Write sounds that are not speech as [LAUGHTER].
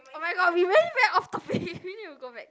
oh-my-god we went very off topic [BREATH] we need to go back